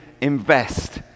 invest